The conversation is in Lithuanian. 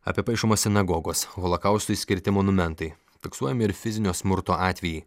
apipaišomos sinagogos holokaustui skirti monumentai fiksuojami ir fizinio smurto atvejai